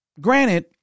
Granted